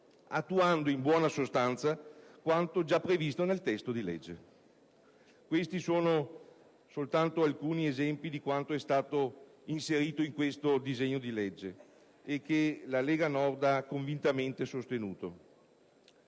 attuando, in buona sostanza, quanto già previsto nel testo di legge. Questi sono soltanto alcuni esempi di quanto è stato inserito in questo disegno di legge e che la Lega Nord ha convintamente sostenuto.